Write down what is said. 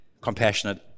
compassionate